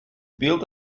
built